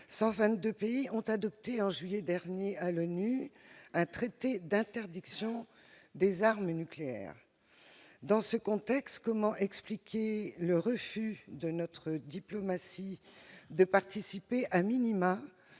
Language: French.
122 pays ont adopté en juillet dernier à l'ONU un traité d'interdiction des armes nucléaires. Dans ce contexte, comment expliquer le refus de notre diplomatie de participer aux